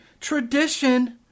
Tradition